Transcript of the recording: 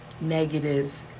negative